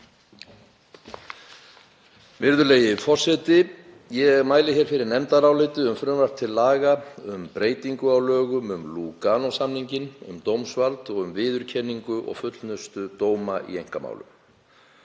Virðulegi forseti. Ég mæli fyrir nefndaráliti um frumvarp til laga um breytingu á lögum um Lúganósamninginn um dómsvald og um viðurkenningu og fullnustu dóma í einkamálum,